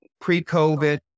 pre-COVID